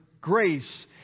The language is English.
grace